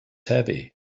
heavy